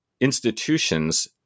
institutions